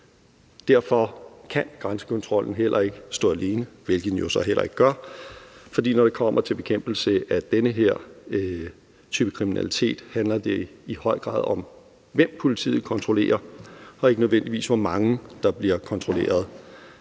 Derfor kan grænsekontrollen heller ikke stå alene, hvilket den jo så heller ikke gør. For når det kommer til bekæmpelse af den her type kriminalitet, handler det i høj grad om, hvem politiet kontrollerer, og ikke nødvendigvis om, hvor mange der bliver kontrolleret.